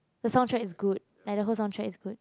the soundtrack is good like the whole soundtrack is good